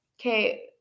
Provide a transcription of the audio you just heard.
okay